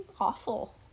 awful